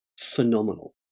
phenomenal